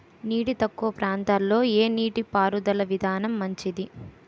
నీరు తక్కువ ప్రాంతంలో ఏ నీటిపారుదల విధానం మంచిది?